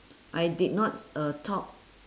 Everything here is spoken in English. I did not uh talk